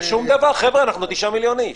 אנחנו 9 מיליון איש.